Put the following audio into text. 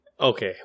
okay